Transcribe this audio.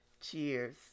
Cheers